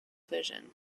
vision